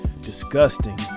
Disgusting